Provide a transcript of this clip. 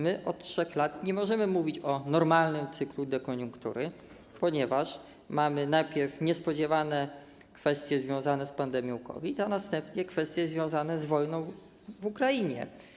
My od 3 lat nie możemy mówić o normalnym cyklu dekoniunktury, ponieważ mieliśmy najpierw niespodziewane kwestie związane z pandemią COVID, a następnie kwestie związane z wojną w Ukrainie.